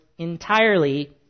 entirely